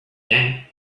can